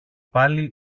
πάλι